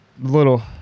little